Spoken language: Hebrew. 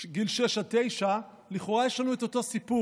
גיל שש עד תשע, לכאורה יש לנו את אותו סיפור.